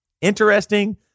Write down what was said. interesting